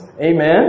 Amen